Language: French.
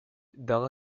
dara